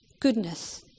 goodness